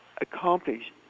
accomplish